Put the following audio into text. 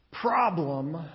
problem